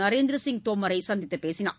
நரேந்திர சிங் தோமரை நேற்று சந்தித்து பேசினார்